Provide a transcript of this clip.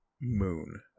moon